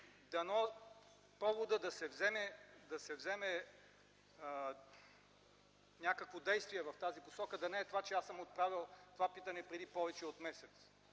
да се вземе някакво действие в тази посока, да не е това, че аз съм отправил това питане преди повече от месец.